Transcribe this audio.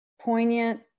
poignant